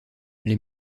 les